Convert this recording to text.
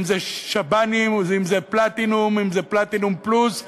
אם זה שב"נים ואם זה "פלטיניום" ואם זה "פלטיניום פלוס",